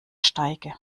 steige